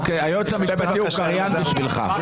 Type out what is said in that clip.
אוקי, היועץ המשפטי הוא קריין בשבילך.